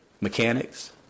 Mechanics